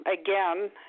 again